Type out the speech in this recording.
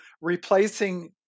replacing